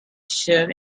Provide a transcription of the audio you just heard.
shirt